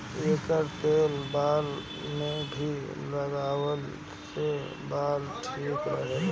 एकर तेल बाल में भी लगवला से बाल ठीक रहेला